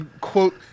quote